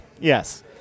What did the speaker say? Yes